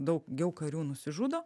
daugiau karių nusižudo